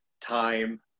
Time